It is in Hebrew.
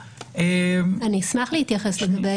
אני אשמח להתייחס ל...